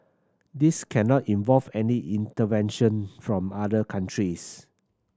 this cannot involve any intervention from other countries